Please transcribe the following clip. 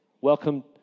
Welcome